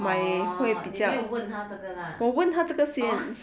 oh 你没有问他这个 lah orh